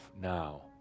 now